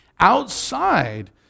Outside